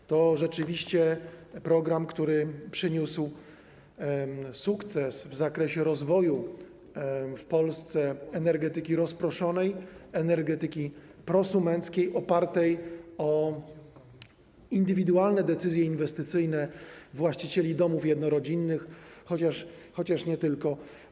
Jest to program, który odniósł sukces w zakresie rozwoju w Polsce energetyki rozproszonej, energetyki prosumenckiej opartej o indywidualne decyzje inwestycyjne właścicieli domów jednorodzinnych, chociaż nie tylko.